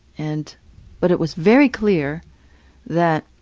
and but it was very clear that